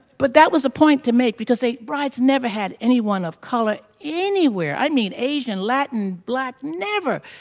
but that was a point to make because they, brides never had anyone of color anywhere. i mean, asian, latin, black never.